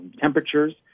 temperatures